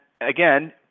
again